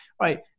right